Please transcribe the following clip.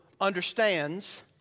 understands